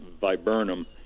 viburnum